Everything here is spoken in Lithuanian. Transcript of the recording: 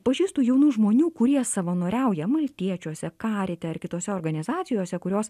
pažįstu jaunų žmonių kurie savanoriauja maltiečiuose karite ar kitose organizacijose kurios